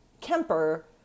Kemper